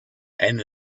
and